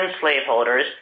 slaveholders